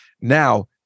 now